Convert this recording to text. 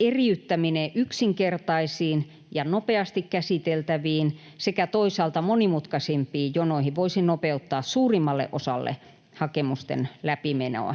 eriyttäminen yksinkertaisiin ja nopeasti käsiteltäviin sekä toisaalta monimutkaisimpiin jonoihin voisi nopeuttaa suurimmalle osalle hakemusten läpimenoa.